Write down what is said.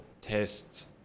test